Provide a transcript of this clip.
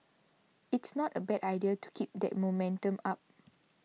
it's not a bad idea to keep that momentum up